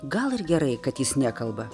gal ir gerai kad jis nekalba